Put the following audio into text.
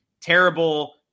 terrible